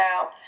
out